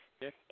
yes